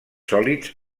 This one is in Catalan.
sòlids